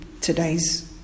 today's